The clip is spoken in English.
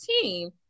team